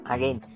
Again